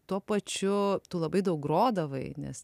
tuo pačiu tu labai daug grodavai nes